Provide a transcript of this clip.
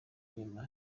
inyuma